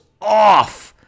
off